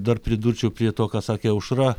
dar pridurčiau prie to ką sakė aušra